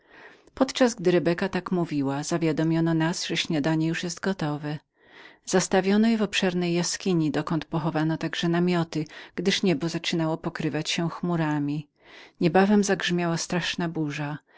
podczas gdy rebeka tak mówiła zawiadomiono nas że śniadanie już było gotowem zastawiono je w obszernej jaskini dokąd pochowano także namioty gdyż niebo zaczynało pokrywać się chmurami niebawem zagrzmiała straszna burza